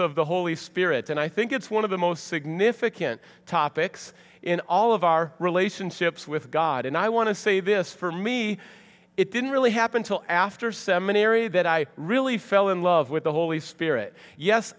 of the holy spirit and i think it's one of the most significant topics in all of our relationships with god and i want to say this for me it didn't really happen till after seminary that i really fell in love with the holy spirit yes